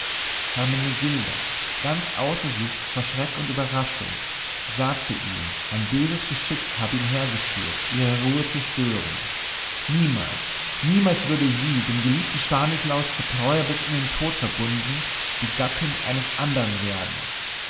hermenegilda ganz außer sich vor schreck und überraschung sagte ihm ein böses geschick habe ihn hergeführt ihre ruhe zu stören niemals niemals würde sie dem geliebten stanislaus zur treue bis in den tod verbunden die gattin eines andern werden